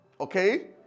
okay